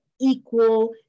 equal